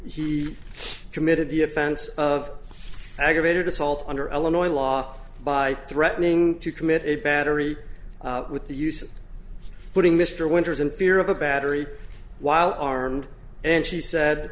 he committed the offense of aggravated assault under illinois law by threatening to commit a battery with the use of putting mr winters in fear of a battery while armed and she said